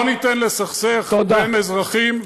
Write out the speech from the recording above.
לא ניתן לסכסך בין אזרחים,